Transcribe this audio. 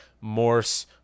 Morse